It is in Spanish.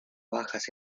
bajas